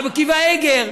רבי עקיבא איגר,